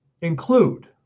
include